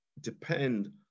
depend